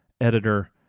editor